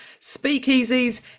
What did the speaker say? speakeasies